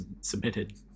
submitted